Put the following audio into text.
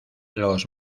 los